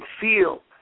feel